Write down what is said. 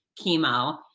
chemo